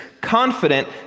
confident